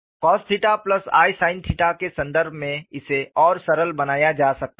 cosi sin के संदर्भ में इसे और सरल बनाया जा सकता है